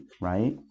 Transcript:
right